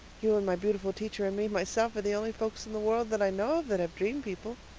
you and my beautiful teacher and me myself are the only folks in the world that i know of that have dream-people.